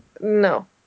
No